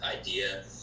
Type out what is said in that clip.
idea